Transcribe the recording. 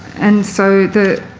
and so the